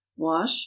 wash